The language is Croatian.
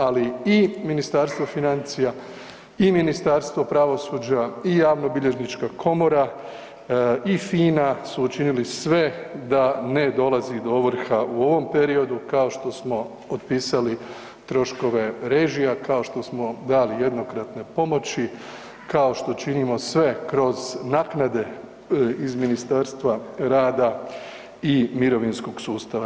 Ali i Ministarstvo financija i Ministarstvo pravosuđa i javnobilježnička komora i FINA su učinili sve da ne dolazi do ovrha u ovom periodu kao što smo otpisali troškove režija, kao što smo dali jednokratne pomoći, kao što činimo sve kroz naknade iz Ministarstva rada i mirovinskog sustava.